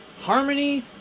Harmony